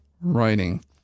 writing